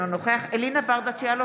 אינו נוכח אלינה ברדץ' יאלוב,